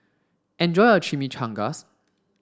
enjoy your Chimichangas